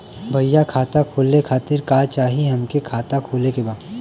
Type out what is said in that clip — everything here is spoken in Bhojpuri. भईया खाता खोले खातिर का चाही हमके खाता खोले के बा?